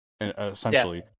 essentially